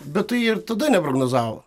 bet tai ir tada neprognozavo